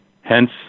hence